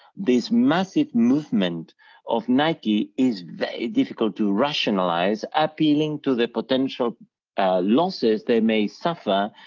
this massive movement of nike is very difficult to rationalize, appealing to the potential losses they may suffer,